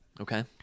Okay